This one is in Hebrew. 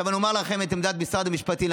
עכשיו אני אומר לכם את עמדת משרד המשפטים,